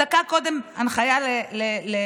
כשדקה קודם נתנו הנחיה לפנות.